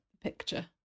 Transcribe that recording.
picture